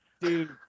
Dude